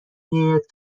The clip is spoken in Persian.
میآید